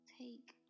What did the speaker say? take